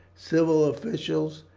civil officials,